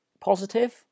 positive